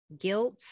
guilt